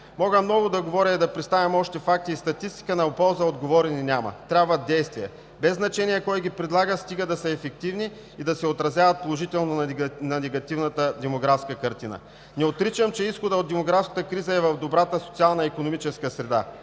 Мога много да говоря и да представям още факти и статистика, но полза от говорене няма. Трябват действия без значение кой ги предлага, стига да са ефективни и да се отразяват положително на негативната демографска картина. Не отричам, че изходът от демографската криза е в добрата социална икономическа среда.